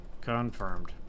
confirmed